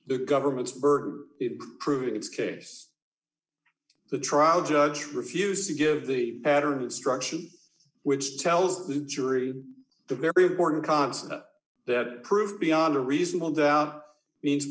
the government's burden prove its case the trial judge refused to give the pattern destruction which tells the jury the very important concept that proof beyond a reasonable doubt means